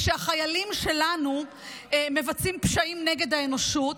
ושהחיילים שלנו מבצעים פשעים נגד האנושות.